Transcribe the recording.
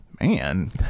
Man